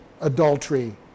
adultery